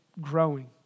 growing